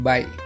Bye